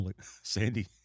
Sandy